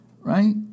right